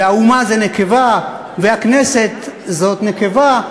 אומה זו נקבה והכנסת זו נקבה,